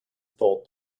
thought